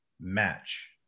match